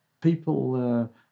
people